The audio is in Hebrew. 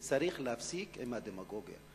צריך להפסיק עם הדמגוגיה.